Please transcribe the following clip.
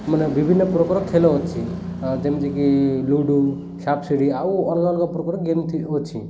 ମାନେ ବିଭିନ୍ନ ପ୍ରକାର ଖେଳ ଅଛି ଯେମିତିକି ଲୁଡ଼ୁ ସାପ୍ଶିଢ଼ି ଆଉ ଅଲ୍ଗା ଅଲ୍ଗା ପ୍ରକାର ଗେମ୍ ଅଛି